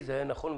זה היה נכון.